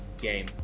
game